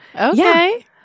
Okay